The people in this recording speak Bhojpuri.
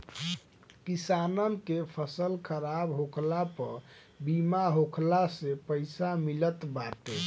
किसानन के फसल खराब होखला पअ बीमा होखला से पईसा मिलत बाटे